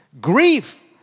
Grief